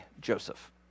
Joseph